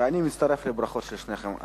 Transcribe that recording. ואני מצטרף לברכות של שניכם.